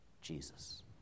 Jesus